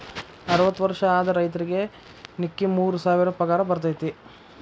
ಅರ್ವತ್ತ ವರ್ಷ ಆದ ರೈತರಿಗೆ ನಿಕ್ಕಿ ಮೂರ ಸಾವಿರ ಪಗಾರ ಬರ್ತೈತಿ